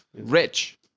Rich